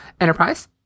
Enterprise